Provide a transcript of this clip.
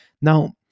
Now